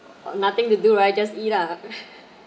nothing to do right just eat lah